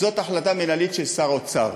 זאת החלטה מינהלית של שר אוצר.